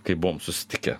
kai buvom susitikę